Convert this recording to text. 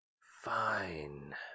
Fine